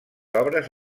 obres